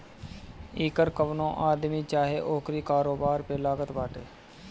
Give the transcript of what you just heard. इ कर कवनो आदमी चाहे ओकरी कारोबार पे लागत बाटे